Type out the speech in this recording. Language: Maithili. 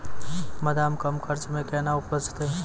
बादाम कम खर्च मे कैना उपजते?